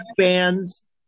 fans